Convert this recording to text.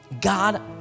God